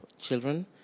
children